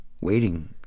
waiting